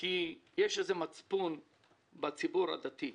שיש איזה מצפון בציבור הדתי,